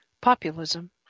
Populism